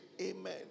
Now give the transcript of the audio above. amen